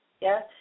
yes